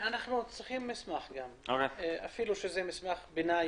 גם מסמך ביניים,